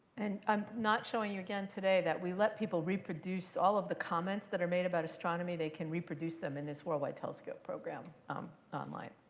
and i'm not showing you again, today, that we let people reproduce all of the comments that are made about astronomy, they can reproduce them in this worldwide telescope program online.